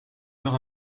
heure